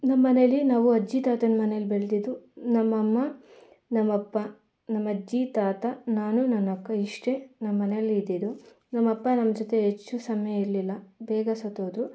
ನಮ್ಮನೆಲಿ ನಾವು ಅಜ್ಜಿ ತಾತನ ಮನೇಲಿ ಬೆಳೆದಿದು ನಮ್ಮಮ್ಮ ನಮಪ್ಪ ನಮಜ್ಜಿ ತಾತ ನಾನು ನನ್ನಕ್ಕ ಇಷ್ಟೇ ನಮ್ಮನೆಲಿದ್ದಿದ್ದಿದ್ದು ನಮಪ್ಪ ನಮ್ಮ ಜೊತೆ ಹೆಚ್ಚು ಸಮಯ ಇರಲಿಲ್ಲ ಬೇಗ ಸತ್ತೋದ್ರು